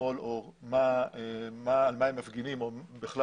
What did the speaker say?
שמאל או על מה הן מפגינות ובכלל